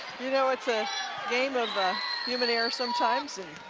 you know it's a game of human error sometimes, and